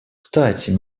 кстати